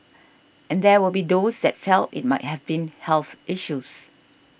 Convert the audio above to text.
and there will be those that felt it might have been health issues